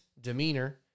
demeanor